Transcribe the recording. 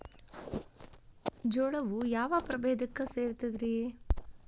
ಜೋಳವು ಯಾವ ಪ್ರಭೇದಕ್ಕ ಸೇರ್ತದ ರೇ?